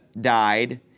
died